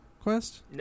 quest